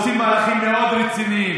אנחנו עושים מהלכים מאוד רציניים.